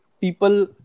people